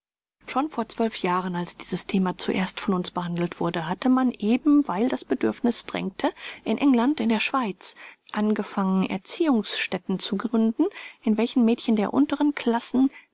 schon vor zwölf jahren als dieses thema zuerst von uns behandelt wurde hatte man eben weil das bedürfniß drängte in england in der schweiz angefangen erziehungsstätten zu gründen in welchen mädchen der unteren klassen